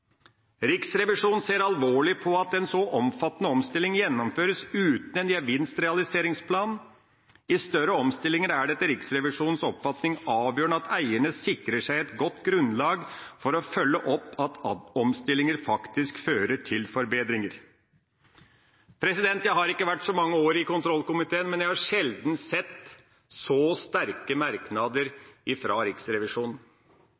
Riksrevisjonen ser alvorlig på at en så omfattende omstilling gjennomføres uten en gevinstrealiseringsplan. I større omstillinger er det etter Riksrevisjonens oppfatning avgjørende at eierne sikrer seg et godt grunnlag for å følge opp at omstillinger faktisk fører til forbedringer». Jeg har ikke vært mange år i kontrollkomiteen, men jeg har sjelden sett så sterke